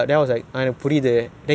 !whoa!